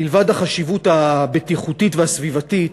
מלבד החשיבות הבטיחותית והסביבתית,